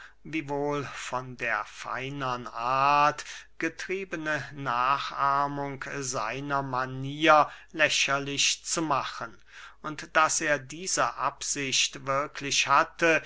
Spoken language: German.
der feinern art getriebene nachahmung seiner manier lächerlich zu machen und daß er diese absicht wirklich hatte